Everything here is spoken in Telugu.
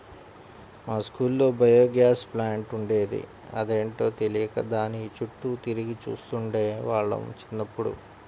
మా స్కూల్లో బయోగ్యాస్ ప్లాంట్ ఉండేది, అదేంటో తెలియక దాని చుట్టూ తిరిగి చూస్తుండే వాళ్ళం చిన్నప్పుడు